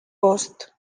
post